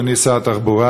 אדוני שר התחבורה,